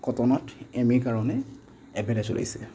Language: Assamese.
কটনত এম এৰ কাৰণে এডভাৰটাইজ ওলাইছে